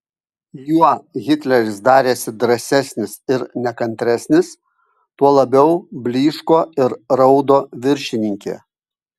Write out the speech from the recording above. juo hitleris darėsi drąsesnis ir nekantresnis tuo labiau blyško ir raudo viršininkė